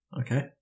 Okay